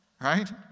Right